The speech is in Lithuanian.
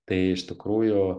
tai iš tikrųjų